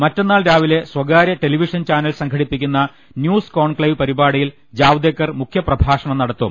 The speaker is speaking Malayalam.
മറ്റന്നാൾ രാവിലെ സ്വകാര്യ ടെലിവിഷൻ ചാനൽ സംഘടിപ്പിക്കുന്ന ന്യൂസ് കോൺക്ലേവ് പരിപാടിയിൽ ജാവ്ദേക്കർ മുഖ്യ പ്രഭാ ഷണം നടത്തും